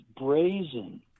brazen